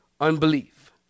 Unbelief